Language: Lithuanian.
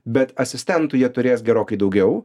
bet asistentų jie turės gerokai daugiau